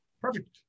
Perfect